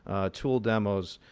tool demos.